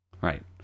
right